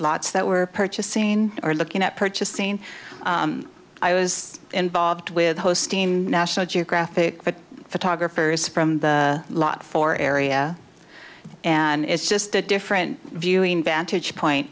lots that were purchased seen or looking at purchasing i was involved with hosting national geographic but photographers from the lot for area and it's just a different viewing vantage point